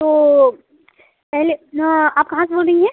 तो पहले आप कहाँ से बोल रही हैं